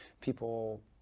people